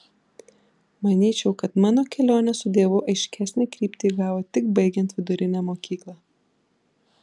manyčiau kad mano kelionė su dievu aiškesnę kryptį įgavo tik baigiant vidurinę mokyklą